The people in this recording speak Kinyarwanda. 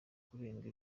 kurenga